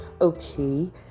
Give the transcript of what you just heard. okay